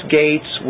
gates